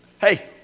Hey